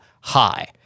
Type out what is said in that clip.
high